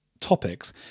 topics